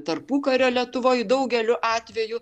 tarpukario lietuvoj daugeliu atvejų